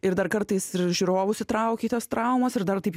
ir dar kartais ir žiūrovų sutraukytos traumos ir dar taip